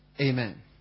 Amen